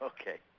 Okay